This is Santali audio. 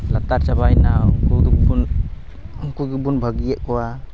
ᱞᱟᱛᱟᱨ ᱪᱟᱵᱟᱭᱱᱟ ᱩᱱᱠᱩ ᱜᱮᱵᱚᱱ ᱩᱱᱠᱩ ᱜᱮᱵᱚᱱ ᱵᱷᱟᱹᱜᱤᱭᱮᱫ ᱠᱚᱣᱟ